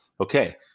Okay